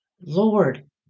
Lord